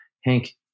hank